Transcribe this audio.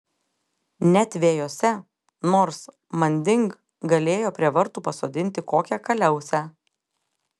net vejose nors manding galėjo prie vartų pasodinti kokią kaliausę